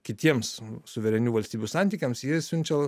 kitiems suverenių valstybių santykiams jie siunčia